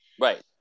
Right